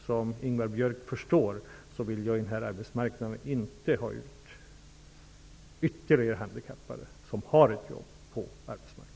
Som Ingvar Björk säkerligen förstår vill jag i den arbetsmarknad som råder inte ha ut ytterligare handikappade, som redan har ett jobb, på ordinarie arbetsmarknaden.